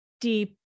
deep